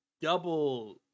double